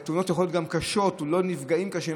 והתאונות יכולות להיות גם קשות אך לא נפגעים קשה,